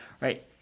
right